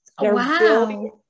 Wow